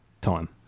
Time